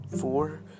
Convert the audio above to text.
four